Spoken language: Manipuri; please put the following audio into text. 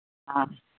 ꯑꯥ